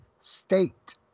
state